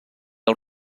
als